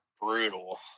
brutal